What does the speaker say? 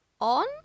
on